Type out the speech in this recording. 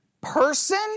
person